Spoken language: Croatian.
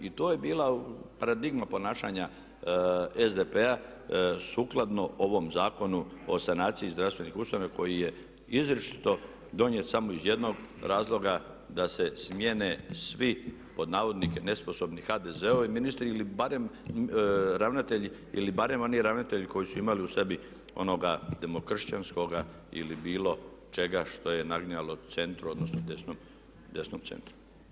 I to je bila paradigma ponašanja SDP-a sukladno ovom Zakonu o sanaciji zdravstvenih ustanova koji je izričito donijet samo iz jednog razloga, da se smjene svi pod navodnike "nesposobni" HDZ-ovi ministri ili barem oni ravnatelji koji su imali u sebi onoga demokršćanskoga ili bilo čega što je naginjalo centru odnosno desnom centru.